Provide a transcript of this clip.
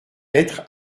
être